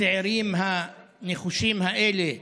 לצעירים הנחושים האלה,